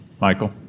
Michael